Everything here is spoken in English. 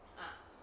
ah